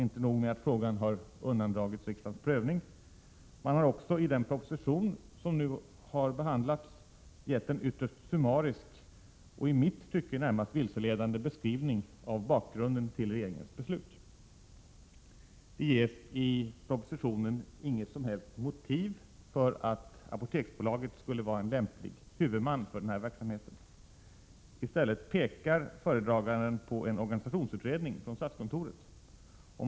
Inte nog med att frågan har undandragits riksdagens prövning, hon har också i den proposition som nu behandlats gett en ytterst summarisk och i mitt tycke närmast vilseledande beskrivning av bakgrunden till regeringens beslut. Det ges i propositionen inget som helst motiv för att Apoteksbolaget skulle vara en lämplig huvudman för den här verksamheten. I stället pekar föredragande statsrådet på en organisationsutredning som statskontoret gjort.